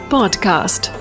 Podcast